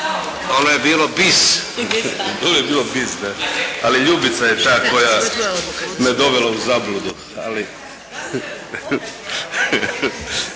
Prvo je bilo bis, da. Ali Ljubica je ta koja me dovela u zabludu,